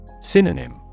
Synonym